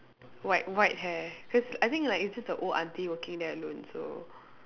white white hair cause I think like it just the old aunty working there alone so